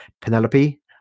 Penelope